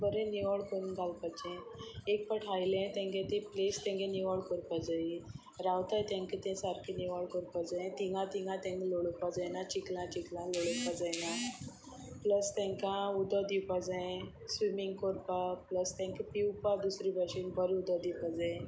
बरें निवळ करून घालपाचें एक फावट खालें तांची ती प्लेस निवळ करपाक जाय रावतात तांकां तें सारकें निवळ करपाक जाय थंय थंय तांकां लोळोवपा जायना चिकलां चिकलां लोळोवपा जायना प्लस तांकां उदक दिवपाक जाय स्विमींग करपाक प्लस तांकां पिवपाक दुसरे भशेन बरें उदक दिवपाक जाय